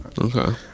Okay